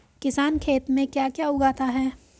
किसान खेत में क्या क्या उगाता है?